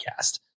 podcast